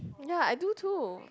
ya I do too